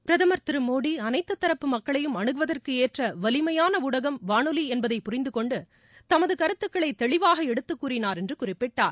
பிரதமர் மோடி அனைத்துரப்பு மக்களையும் அனுகுவதற்கு ஏற்ற வலிமையான ஊடகம் வானொலி என்பதை புரிந்துகொண்டு தமது கருத்துக்களை தெளிவாக எடுத்துக்கூறினார் என்று குறிப்பிட்டார்